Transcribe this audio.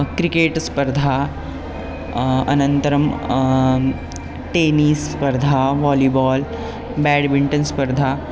cricket स्पर्धा अनन्तरं tennis स्पर्धा वालिबाल् बेड्मिण्टन् स्पर्धा